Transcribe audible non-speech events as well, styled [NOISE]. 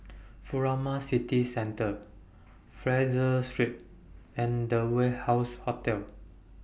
[NOISE] Furama City Centre Fraser Street and The Warehouse Hotel